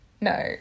No